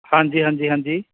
ਹਾਂਜੀ ਹਾਂਜੀ ਹਾਂਜੀ